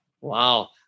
Wow